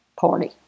party